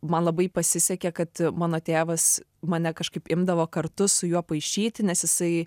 man labai pasisekė kad mano tėvas mane kažkaip imdavo kartu su juo paišyti nes jisai